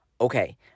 Okay